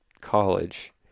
college